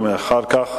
לא,